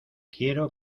quiero